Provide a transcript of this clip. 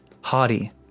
haughty